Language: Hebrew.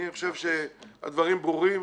אני חושב שהדברים ברורים.